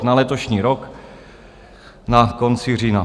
Na letošní rok na konci října.